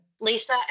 Lisa